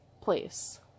place